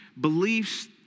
beliefs